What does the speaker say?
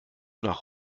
nach